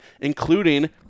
including